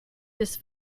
this